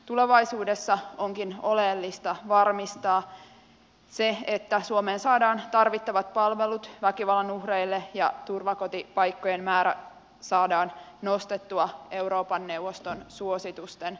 tulevaisuudessa onkin oleellista varmistaa se että suomeen saadaan tarvittavat palvelut väkivallan uhreille ja turvakotipaikkojen määrä saadaan nostettua euroopan neuvoston suositusten tasolle